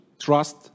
trust